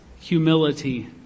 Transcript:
humility